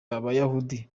abayahudi